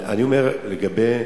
אני אומר: לגבי